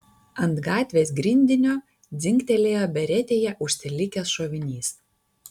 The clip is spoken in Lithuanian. ant gatvės grindinio dzingtelėjo beretėje užsilikęs šovinys